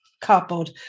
cardboard